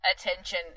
attention